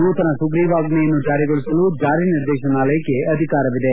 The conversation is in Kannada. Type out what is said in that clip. ನೂತನ ಸುಗ್ರೀವಾಜ್ಞೆಯನ್ನು ಜಾರಿಗೊಳಿಸಲು ಜಾರಿ ನಿರ್ದೇಶನಾಲಯಕ್ಕೆ ಅಧಿಕಾರವಿದೆ